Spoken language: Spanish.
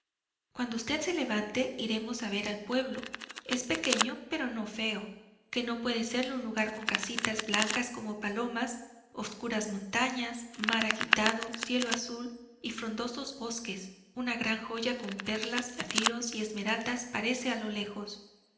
cuando usted se levante iremos a ver el pueblo es pequeño pero no feo que no puede serlo un lugar con casitas blancas como palomas obscuras montañas mar agitado cielo azul y frondosos bosques una gran joya con perlas zafiros y esmeraldas parece a lo lejos